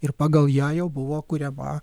ir pagal ją jau buvo kuriama